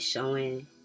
Showing